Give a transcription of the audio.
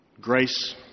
Grace